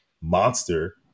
monster